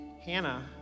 Hannah